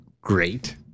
great